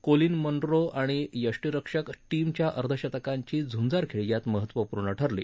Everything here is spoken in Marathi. कोलीन मंद्रो आणि यष्टीरक्षक टीमच्या अर्धशतकांची झुंजार खेळी यात महत्त्वपूर्ण ठरली